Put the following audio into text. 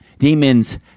Demons